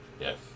yes